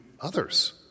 others